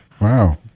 Wow